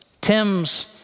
Tim's